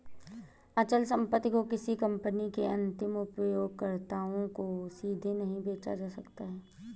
अचल संपत्ति को किसी कंपनी के अंतिम उपयोगकर्ताओं को सीधे नहीं बेचा जा सकता है